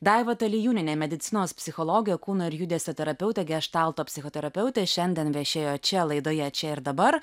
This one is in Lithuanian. daiva talijūnienė medicinos psichologė kūno ir judesio terapeutė geštalto psichoterapeutė šiandien viešėjo čia laidoje čia ir dabar